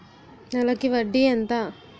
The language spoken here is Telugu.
నెలకి వడ్డీ ఎంత?